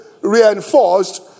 reinforced